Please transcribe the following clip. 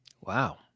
Wow